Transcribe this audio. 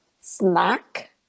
snack